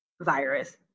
virus